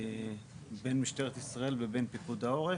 בין משטרת ישראל ובין פיקוד העורף,